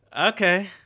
Okay